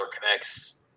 connects –